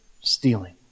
stealing